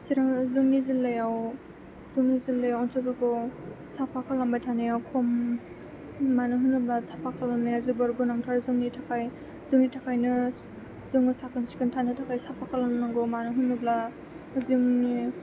जोंनि जिललायाव ओनसोलफोरखौ साफा खालामबाय थानायाव खम मानो होनोब्ला साफा खालामनाया जोबोर गोनांथार जोंनि थाखाय जोंनि थाखायनो जोङो साखोन सिखोन थानो थाखाय साफा खालामनांगौ मानो होनोब्ला जोंनि